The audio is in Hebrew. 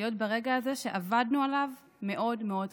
להיות ברגע הזה שעבדנו עליו מאוד מאוד קשה.